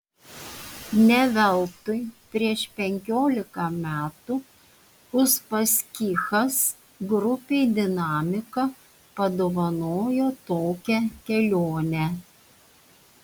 ne veltui prieš penkiolika metų uspaskichas grupei dinamika padovanojo tokią kelionę